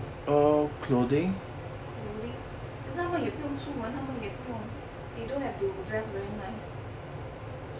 clothing 可是他们也不用出门他们也不用 they don't have to dress very nice